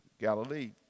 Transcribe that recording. Galilee